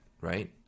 right